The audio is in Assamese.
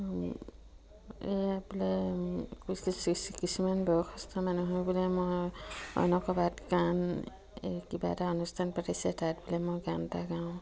এই বোলে কিছুমান বয়সস্থ মানুহে বোলে মই অন্য ক'ৰবাত গান এই কিবা এটা অনুষ্ঠান পাতিছে তাত বোলে মই গান এটা গাওঁ